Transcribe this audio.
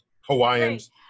Hawaiians